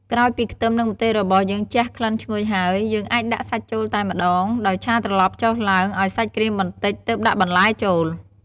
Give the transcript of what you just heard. ក្រោយពីខ្ទឹម និងម្ទេសរបស់យើងជះក្លិនឈ្ងុយហើយ យើងអាចដាក់សាច់ចូលតែម្ដង ដោយឆាត្រឡប់ចុះឡើងឱ្យសាច់ក្រៀមបន្តិច ទើបដាក់បន្លែចូល។